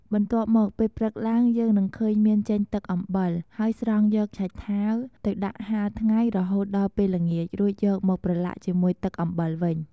បន្ទាប់មកពេលព្រឹកឡើងយើងនឹងឃើញមានចេញទឹកអំបិល ហើយស្រង់យកឆៃថាវទៅដាក់ហាលថ្ងៃរហូតដល់ពេលល្ងាច រួចយកមកប្រឡាក់ជាមួយទឹកអំបិលវិញ។